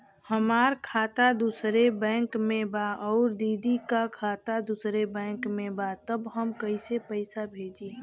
हमार खाता दूसरे बैंक में बा अउर दीदी का खाता दूसरे बैंक में बा तब हम कैसे पैसा भेजी?